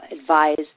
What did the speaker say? advised